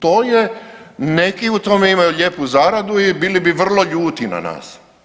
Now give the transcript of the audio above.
To je, neki u tome imaju lijepu zaradu i bili bi vrlo ljuti na nas.